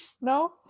no